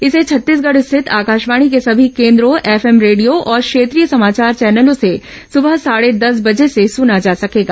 इसे छत्तीसगढ़ स्थित आकाशवाणी के सभी केन्द्रों एफएम रेडियो और क्षेत्रीय समाचार चैनलों से सुबह साढ़े दस बजे से सुना जा सकेगा